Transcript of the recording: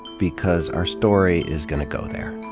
because our story is gonna go there.